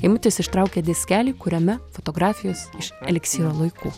eimutis ištraukė diskelį kuriame fotografijos iš eliksyro laikų